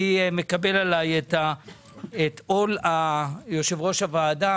אני מקבל עליי את עול יושב-ראש הוועדה,